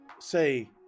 say